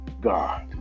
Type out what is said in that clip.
God